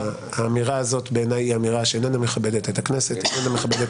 האמירה הזאת בעיניי היא אמירה שאיננה מכבדת את הכנסת ואיננה מכבדת